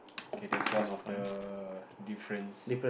okay that's one of the difference